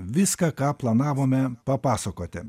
viską ką planavome papasakoti